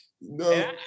No